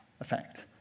effect